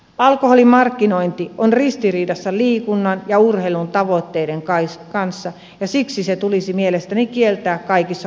alkoholin markkinointi on ristiriidassa liikunnan ja urheilun tavoitteiden kanssa ja siksi se tulisi mielestäni kieltää kaikissa urheilutapahtumissa